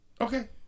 Okay